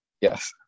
Yes